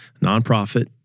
nonprofit